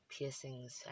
Piercings